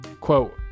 Quote